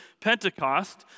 Pentecost